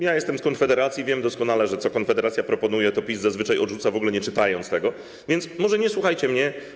Jestem z Konfederacji i wiem doskonale, że to, co Konfederacja proponuje, PiS zazwyczaj odrzuca, w ogóle tego nie czytając, a więc może nie słuchajcie mnie.